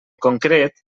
concret